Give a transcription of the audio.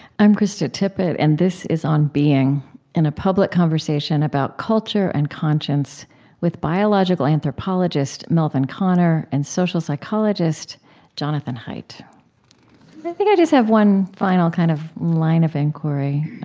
i'm krista tippett, and this is on being in a public conversation about culture and conscience with biological anthropologist melvin konner and social psychologist jonathan haidt i think i just have one final kind of line of inquiry.